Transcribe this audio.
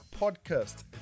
podcast